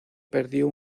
perdió